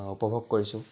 উপভোগ কৰিছোঁ